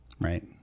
Right